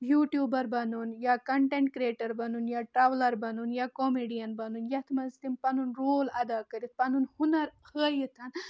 YouTuber بَنُن یا content creator بَنُن یا ٹرٛیولَر بَنُن یا کامیٚڈِین بَنُن یَتھ منٛز تِم پَنُن رول ادا کٔرِتھ پَنُن ہُنر ہٲیِتھ